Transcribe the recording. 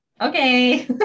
Okay